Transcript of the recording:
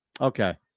okay